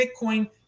Bitcoin